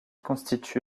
constitue